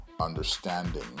understanding